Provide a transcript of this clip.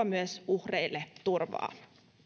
myös tuo uhreille turvaa